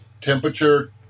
temperature